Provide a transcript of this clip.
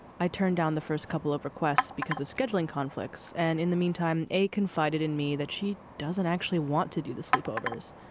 i turned down the first couple of requests because of scheduling conflicts, and in the meantime a confided in me that she doesn't actually want to do the sleepovers.